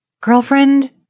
Girlfriend